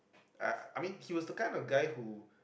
I I mean he was the kind of guy who